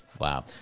Wow